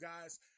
guys